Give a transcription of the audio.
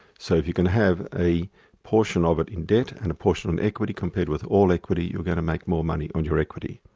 so if you can have a portion of it in debt and a portion in equity compared with all equity, you're going to make more money on your equity.